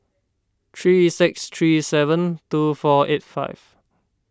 three six three seven two four eight five